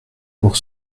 pour